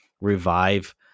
revive